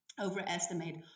overestimate